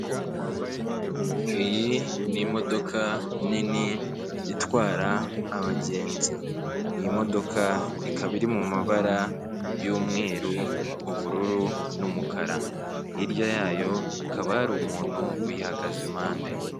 Iyi ni imodoka nini itwara abagenzi, iyi modoka ikaba iri mu mabara y'umweru, ubururu n'umukara, hirya yayo hakaba hari umuntu uyihagaze impande.